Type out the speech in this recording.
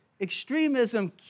extremism